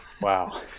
Wow